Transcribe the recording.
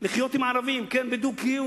עשרות רבות.